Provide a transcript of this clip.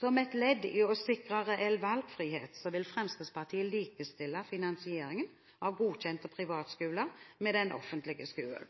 Som et ledd i å sikre reell valgfrihet, vil Fremskrittspartiet likestille finansieringen av godkjente privatskoler med den offentlige skolen.